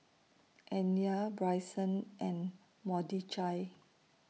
Anya Bryson and Mordechai